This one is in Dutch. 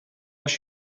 als